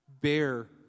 bear